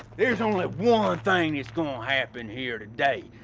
there's only one thing that's gonna happen here today.